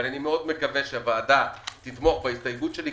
אבל מאוד מקווה שהוועדה תתמוך בהסתייגות שלי,